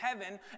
heaven